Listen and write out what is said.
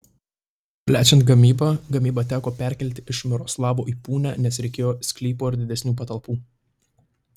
plečiant gamybą gamybą teko perkelti iš miroslavo į punią nes reikėjo sklypo ir didesnių patalpų